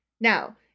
Now